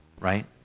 right